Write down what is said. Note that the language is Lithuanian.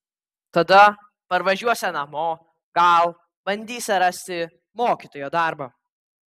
tada parvažiuosią namo gal bandysią rasti mokytojo darbą